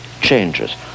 changes